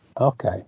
Okay